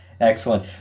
excellent